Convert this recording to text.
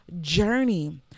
journey